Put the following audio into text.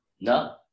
No